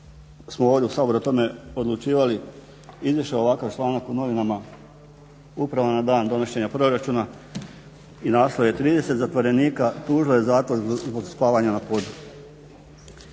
smo ovdje u Saboru o tome odlučivali, izašao ovakav članak u novinama upravo na dan donošenja proračuna i naslov je "30 zatvorenika tužilo je zatvor zbog spavanja na